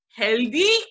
healthy